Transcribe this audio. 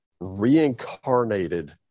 reincarnated